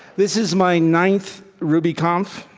this is my ninth ruby conf,